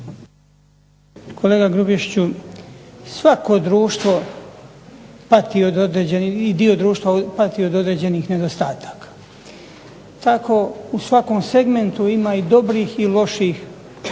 Kolega Grubišiću, svako društvo i dio društva pati od određenih nedostataka. Tako u svakom segmentu ima i dobrih i loših